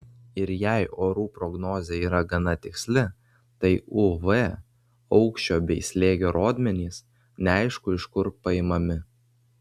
ir jei orų prognozė yra gana tiksli tai uv aukščio bei slėgio rodmenys neaišku iš kur paimami